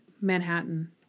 Manhattan